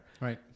Right